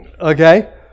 Okay